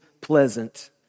pleasant